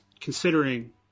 considering